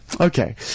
Okay